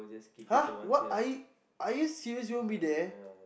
!huh! what are you are you serious you won't be there